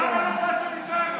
למה לא באתם איתנו?